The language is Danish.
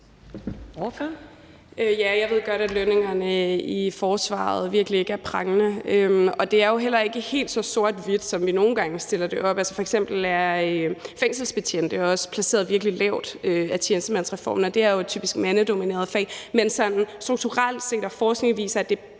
(SF): Ja, jeg ved godt, at lønningerne i forsvaret virkelig ikke er prangende, og det er jo heller ikke helt så sort-hvidt, som vi nogle gange stiller det op. F.eks. er fængselsbetjente også placeret virkelig lavt på grund af tjenestemandsreformen, og det er jo typisk et mandedomineret fag, men forskning viser, at det